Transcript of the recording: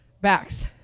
backs